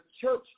church